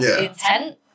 intent